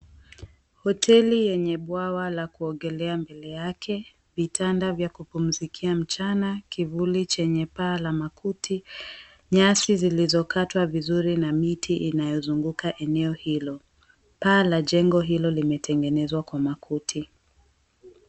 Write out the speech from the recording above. Hoteli yenye bwawa la kuogelea mbele yake vitanda vya kupumzikia mchana kivuli chenye paa la makuti nyasi zilizokatwa vizuri na miti inayozunguka eneo hilo. Paa la jengo hilo limetengenezwa kwa makuti.